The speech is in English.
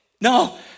No